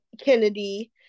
Kennedy